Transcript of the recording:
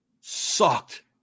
Sucked